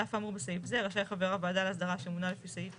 על אף האמור בסעיף זה רשאי חבר הוועדה להסדרה שמונה לפי סעיף